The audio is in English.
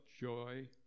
joy